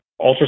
ultrasound